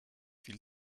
viel